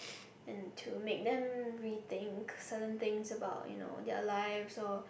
and to make them rethink certain things about you know their life so